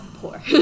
poor